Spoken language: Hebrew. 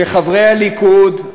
שחברי הליכוד,